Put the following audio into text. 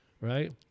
right